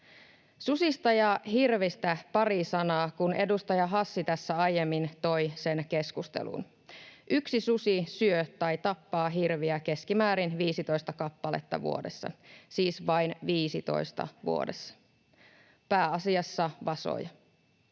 Susista ja hirvistä pari sanaa, kun edustaja Hassi tässä aiemmin toi ne keskusteluun. Yksi susi syö tai tappaa hirviä keskimäärin 15 kappaletta vuodessa, siis vain 15 vuodessa, pääasiassa vasoja.